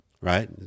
Right